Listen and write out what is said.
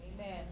Amen